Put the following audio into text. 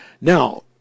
Now